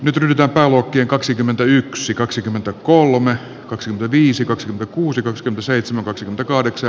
nyt yltää paavokin kaksikymmentäyksi kaksikymmentä kolme kaksi viisi kaksi kuusi tanska seitsemän takahdeksan